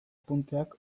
apunteak